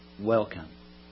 welcome